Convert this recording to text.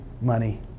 money